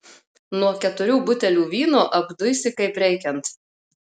nuo keturių butelių vyno apduisi kaip reikiant